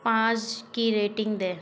पाँच की रेटिंग दें